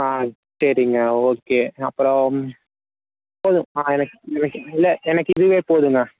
ஆ சரிங்க ஓகே அப்புறோம் போதும் ஆ இல்லை எனக்கு இதுவே போதும்ங்க